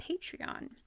Patreon